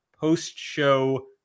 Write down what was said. post-show